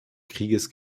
krieges